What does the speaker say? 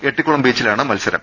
എട്ടിക്കുളം ബീച്ചിലാണ് മത്സരം